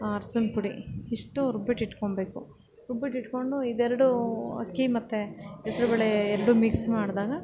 ಅರ್ಶಿನ ಪುಡಿ ಇಷ್ಟು ರುಬ್ಬಿಟ್ಟು ಇಟ್ಕೊಳ್ಬೇಕು ರುಬ್ಬಿಟ್ಟು ಇಟ್ಕೊಂಡು ಇದೆರಡೂ ಅಕ್ಕಿ ಮತ್ತು ಹೆಸರುಬೇಳೆ ಎರಡು ಮಿಕ್ಸ್ ಮಾಡಿದಾಗ